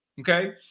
okay